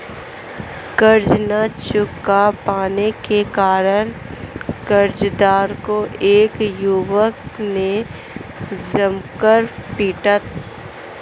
कर्ज ना चुका पाने के कारण, कर्जदार को एक युवक ने जमकर पीटा